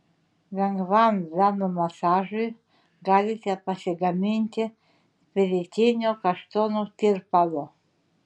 lengvam venų masažui galite pasigaminti spiritinio kaštonų tirpalo